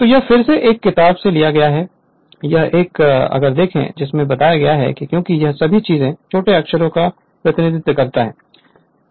तो यह फिर से एक किताब से लिया गया है यह एक अगर देखो जिसने इसे बनाया है क्योंकि यह सभी चीजों छोटे अक्षरों का प्रतिनिधित्व करता है